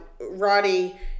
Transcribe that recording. Roddy